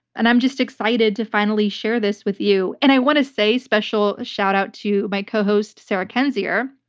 and i'm just excited to finally share this with you, and i want to say a special shout out to my co host sarah kendzior.